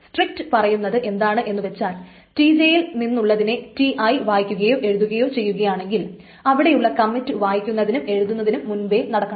strict പറയുന്നത് എന്താണെന്നു വച്ചാൽ Tj യിൽ നിന്നുള്ളതിനെ Ti വായിക്കുകയോ എഴുതുകയോ ചെയ്യുകയാണെങ്കിൽ അവിടെയുള്ള കമ്മിറ്റ് വായിക്കുന്നതിനും എഴുതുന്നതിനും മുൻപെ നടക്കണം